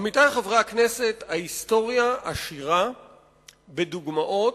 עמיתי חברי הכנסת, ההיסטוריה עשירה בדוגמאות